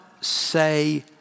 say